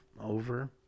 over